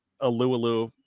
Alu-Alu